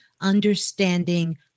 understanding